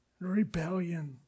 Rebellion